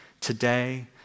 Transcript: today